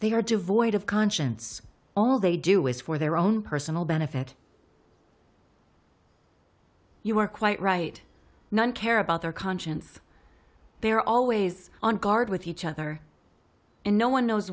they are devoid of conscience all they do is for their own personal benefit you are quite right none care about their conscience they are always on guard with each other and no one knows